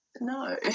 no